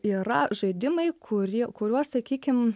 yra žaidimai kurie kuriuos sakykim